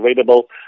available